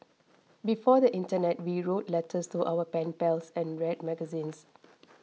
before the internet we wrote letters to our pen pals and read magazines